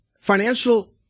financial